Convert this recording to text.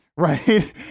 Right